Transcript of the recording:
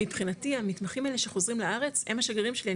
מבחינתי המתמחים האלה שחוזרים לארץ הם השגרירים שלי,